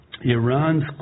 Iran's